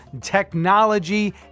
technology